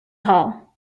hall